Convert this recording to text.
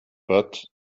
but